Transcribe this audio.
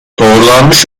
doğrulanmış